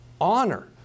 honor